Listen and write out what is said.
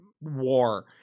war